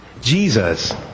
Jesus